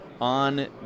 on